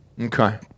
Okay